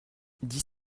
dix